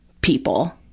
people